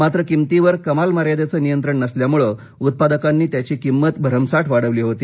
मात्र किमतीवर कमाल मर्यादेचं नियंत्रण नसल्यामुळे उत्पादकांनी त्याची किंमत भरमसाठ वाढवली होती